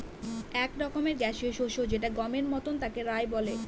এক রকমের গ্যাসীয় শস্য যেটা গমের মতন তাকে রায় বলে